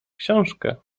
książkę